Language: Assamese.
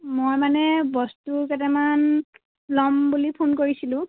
মই মানে বস্তু কেইটামান ল'ম বুলি ফোন কৰিছিলোঁ